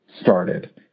started